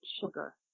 sugar